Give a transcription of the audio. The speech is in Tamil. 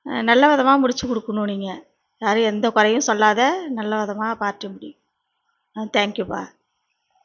நல்ல விதமாக முடித்துக் கொடுக்கணும் நீங்கள் யாரும் எந்த குறையும் சொல்லாத நல்ல விதமாக பார்ட்டி முடியணும் ஆ தேங்க்யூப்பா